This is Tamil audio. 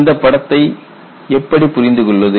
இந்த படத்தை எப்படி புரிந்து கொள்வது